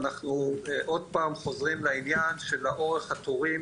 אנחנו עוד פעם חוזרים לעניין של אורך התורים